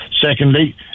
Secondly